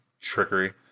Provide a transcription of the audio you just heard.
trickery